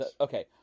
okay